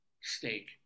steak